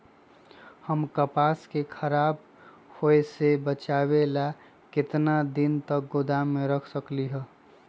हम कपास के खराब होए से बचाबे ला कितना दिन तक गोदाम में रख सकली ह?